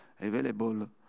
available